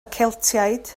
celtiaid